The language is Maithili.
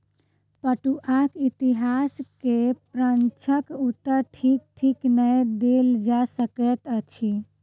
पटुआक इतिहास के प्रश्नक उत्तर ठीक ठीक नै देल जा सकैत अछि